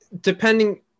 depending